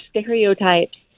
stereotypes